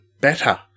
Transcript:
better